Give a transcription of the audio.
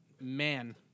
man